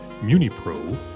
MuniPro